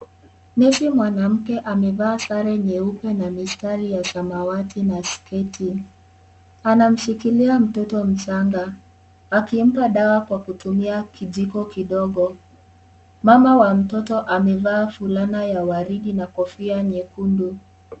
Nesi mwanamke amevaa sare nyeupe na mistari ya samawati na sketi anashikilia mtoto mchanga akimpa dawa kwa kutumia kijiko kidogo mama wa mtoto amevaa fulana la waridi na kofia nyekundu.